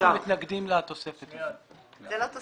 הצבעה בעד פה אחד סעיף 35 נתקבל.